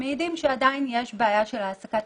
מעידים שעדיין יש בעיה של העסקת